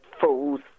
fools